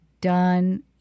done